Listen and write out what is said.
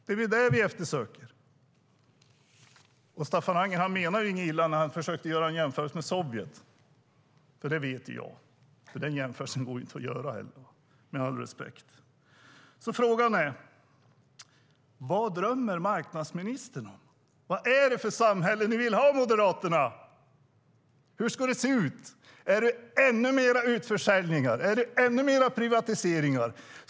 Det är det vi efterfrågar. Staffan Anger menade inget illa när han försökte göra en jämförelse med Sovjet, det vet jag. Den jämförelsen går inte att göra, med all respekt. Frågan är vad marknadsministern drömmer om. Vad är det för samhälle ni vill ha, Moderaterna? Hur ska det se ut? Är det ännu fler utförsäljningar? Är det ännu mer privatisering?